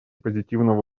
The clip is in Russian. позитивного